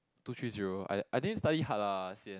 two three zero I I didn't study hard lah sian